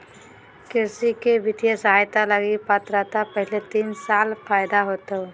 कृषि में वित्तीय सहायता लगी पात्रता पहले तीन साल फ़ायदा होतो